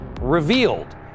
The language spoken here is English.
revealed